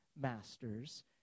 masters